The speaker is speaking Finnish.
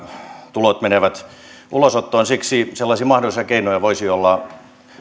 tulot menevät ulosottoon siksi sellaisia mahdollisia keinoja voisi olla